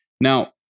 Now